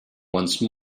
once